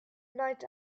night